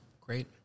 Great